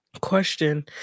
question